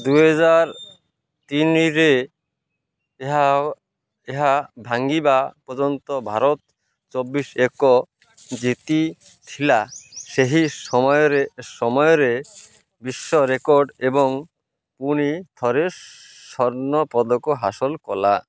ଦୁଇହଜାର ତିନିରେ ଏହା ଭାଙ୍ଗିବା ପର୍ଯ୍ୟନ୍ତ ଭାରତ ଚବିଶ ଏକ ଜିତିଥିଲା ସେହି ସମୟରେ ବିଶ୍ୱ ରେକର୍ଡ଼ ଏବଂ ପୁଣି ଥରେ ସ୍ୱର୍ଣ୍ଣ ପଦକ ହାସଲ କଲା